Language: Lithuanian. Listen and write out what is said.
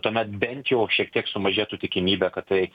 tuomet bent jau šiek tiek sumažėtų tikimybė kad tai